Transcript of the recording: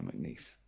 McNeese